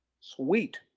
Sweet